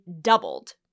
doubled